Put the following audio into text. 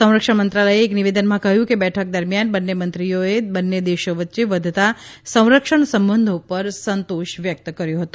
સંરક્ષણ મંત્રાલયે એક નિવેદનમાં કહ્યું કે બેઠક દરમિયાન બંને મંત્રીઓએ બંને દેશો વચ્ચે વધતાં સંરક્ષણ સંબંધો પર સંતોષ વ્યક્ત કર્યો હતો